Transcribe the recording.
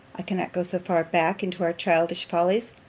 i cannot go so far back into our childish follies.